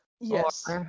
Yes